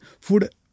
Food